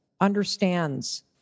understands